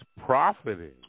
profiting